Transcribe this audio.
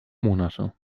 monate